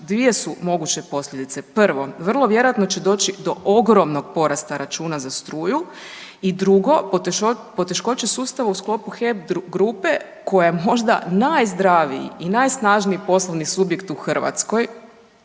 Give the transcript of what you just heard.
dvije su moguće posljedice. Prvo, vrlo vjerojatno će doći do ogromnog porasta računa za struju i drugo, poteškoće sustava u sklopu HEP grupe koji je možda najzdraviji i najsnažniji poslovni subjekt u Hrvatskoj